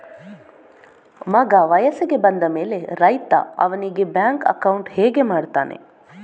ಮಗ ವಯಸ್ಸಿಗೆ ಬಂದ ಮೇಲೆ ರೈತ ಅವನಿಗೆ ಬ್ಯಾಂಕ್ ಅಕೌಂಟ್ ಹೇಗೆ ಮಾಡ್ತಾನೆ?